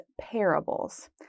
parables